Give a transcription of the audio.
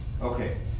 Okay